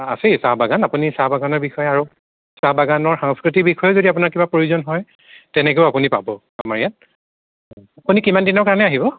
আছে চাহ বাগান আপুনি চাহ বাগানৰ বিষয়ে আৰু চাহ বাগানৰ সংস্কৃতিৰ বিষয়েও যদি আপোনাক কিবা প্ৰয়োজন হয় তেনেকৈও আপুনি পাব আমাৰ ইয়াত আপুনি কিমান দিনৰ কাৰণে আহিব